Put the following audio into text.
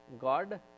God